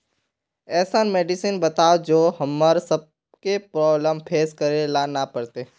ऐसन मेडिसिन बताओ जो हम्मर सबके प्रॉब्लम फेस करे ला ना पड़ते?